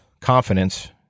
confidence